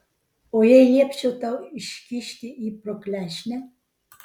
o jei liepčiau tau iškišti jį pro klešnę